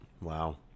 Wow